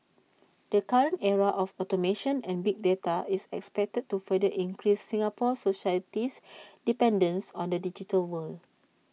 the current era of automation and big data is expected to further increase Singapore society's dependence on the digital world